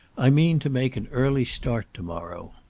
i mean to make an early start to-morrow.